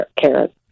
carrot